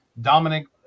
Dominic